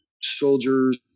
soldiers